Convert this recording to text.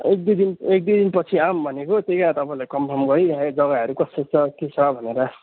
एकदुई दिन एकदुई दिनपछि आऊँ भनेको त्यही यहाँ तपाईँलाई कन्फर्म गरिराखेको जग्गाहरू कस्तो छ के छ भनेर